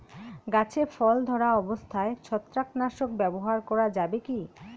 গাছে ফল ধরা অবস্থায় ছত্রাকনাশক ব্যবহার করা যাবে কী?